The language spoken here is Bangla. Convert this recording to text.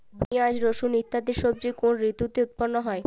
পিঁয়াজ রসুন ইত্যাদি সবজি কোন ঋতুতে উৎপন্ন হয়?